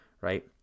right